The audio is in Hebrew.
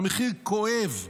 זה מחיר כואב,